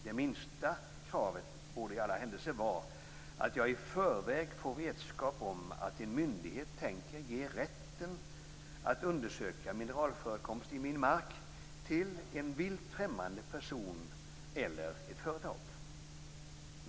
Det minsta kravet borde i alla händelser vara att jag i förväg får veta om att en myndighet tänker ge rätten att undersöka mineralförekomst i min mark till en vilt främmande person eller ett företag.